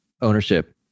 ownership